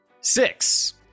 Six